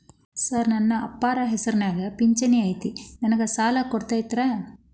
Sir ನನ್ನ ಅಪ್ಪಾರ ಹೆಸರಿನ್ಯಾಗ್ ಪಹಣಿ ಐತಿ ನನಗ ಸಾಲ ಕೊಡ್ತೇರಾ?